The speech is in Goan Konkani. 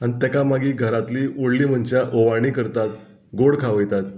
आनी ताका मागीर घरांतली व्हडली मनशां ओवाणी करतात गोड खावयतात